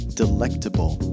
delectable